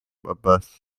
busters